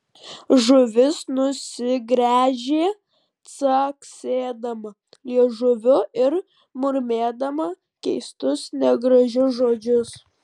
žuvis nusigręžė caksėdama liežuviu ir murmėdama keistus negražius žodžius